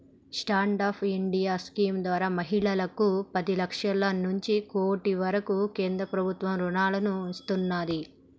stand up India scheme ద్వారా మహిళలకు పది లక్షల నుంచి కోటి వరకు కేంద్ర ప్రభుత్వం రుణాలను ఇస్తున్నాది